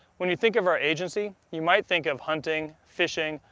when you think of our agency, you might think of hunting, fishing,